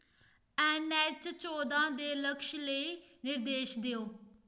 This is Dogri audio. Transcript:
ऐन्नऐच्च चौदां दे लक्श लेई निर्देश देओ